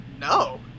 No